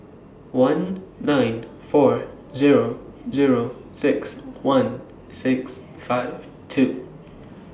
one nine four Zero Zero six one six five two